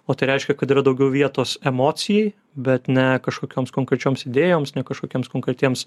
o tai reiškia kad yra daugiau vietos emocijai bet ne kažkokioms konkrečioms idėjoms ne kažkokiems konkretiems